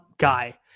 guy